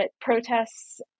protests